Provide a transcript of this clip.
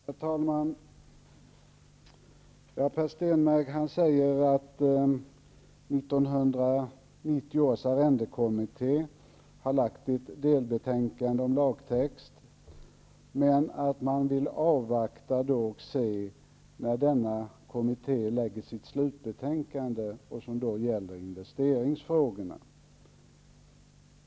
Herr talman! Per Stenmarck säger att 1990 års arrendekommitté har lagt fram ett delbetänkande angående lagtext, men att man vill avvakta denna kommittés slutbetänkande som gäller investeringsfrågorna.